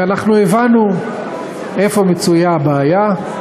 ואנחנו הבנו איפה מצויה הבעיה.